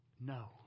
no